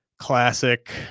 classic